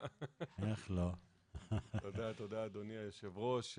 אדוני היושב-ראש.